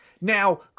Now